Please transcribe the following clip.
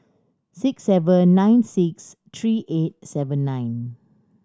six seven nine six three eight seven nine